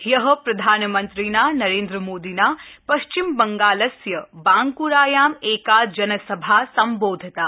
ह्याः प्रधानमन्त्रिणा नरेन्द्रमोदिना पश्चिमबंगालस्य बांकुरायां एका जनसभा सम्बोधिता